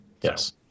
Yes